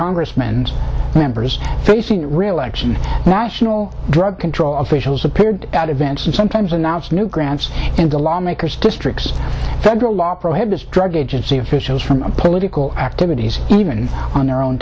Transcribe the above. congressmen and members facing reelection national drug control officials appeared out of vents and sometimes announced new grants in the lawmakers districts federal law prohibits drug agency officials from political activities even on their own